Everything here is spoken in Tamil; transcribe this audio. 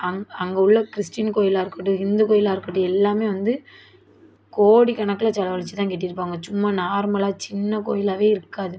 அங்கே அங்கே உள்ள கிறிஸ்டின் கோயிலாக இருக்கட்டும் ஹிந்து கோயிலாக இருக்கட்டும் எல்லாம் வந்து கோடிக்கணக்கில் செலவழிச்சி தான் கட்டியிருப்பாங்க சும்மா நார்மலாக சின்ன கோவிலாவே இருக்காது